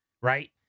Right